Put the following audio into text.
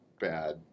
bad